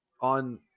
on